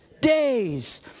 days